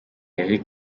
eric